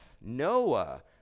Noah